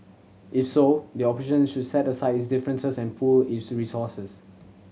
if so the opposition should set aside its differences and pool its resources